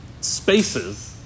spaces